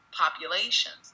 populations